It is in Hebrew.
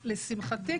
לשמחתי,